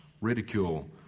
ridicule